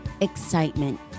excitement